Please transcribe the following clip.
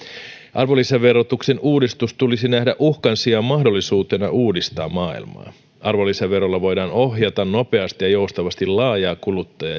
arvonlisäverotuksen uudistus tulisi nähdä uhkan sijaan mahdollisuutena uudistaa maailmaa arvonlisäverolla voidaan ohjata nopeasti ja joustavasti laajaa kuluttaja